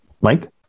Mike